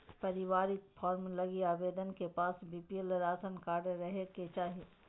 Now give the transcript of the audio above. पारिवारिक फार्म लगी आवेदक के पास बीपीएल राशन कार्ड रहे के चाहि